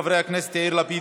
חברי הכנסת יאיר לפיד,